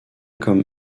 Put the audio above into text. comme